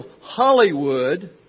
Hollywood